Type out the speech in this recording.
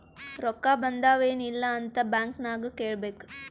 ರೊಕ್ಕಾ ಬಂದಾವ್ ಎನ್ ಇಲ್ಲ ಅಂತ ಬ್ಯಾಂಕ್ ನಾಗ್ ಕೇಳಬೇಕ್